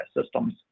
systems